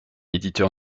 éditeur